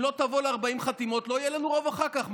אם לא תבוא ל-40 חתימות לא יהיה לנו רוב אחר כך.